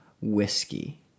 whiskey